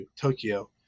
Tokyo